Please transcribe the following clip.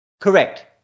Correct